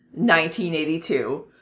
1982